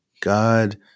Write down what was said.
God